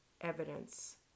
evidence